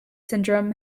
syndrome